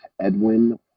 Edwin